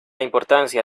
importancia